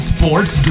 Sports